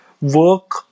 work